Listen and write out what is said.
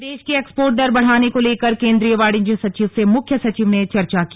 प्रदेश की एक्सपोर्ट दर बढ़ाने को लेकर केंद्रीय वाणिज्य सचिव से मुख्य सचिव ने चर्चा की